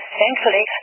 Thankfully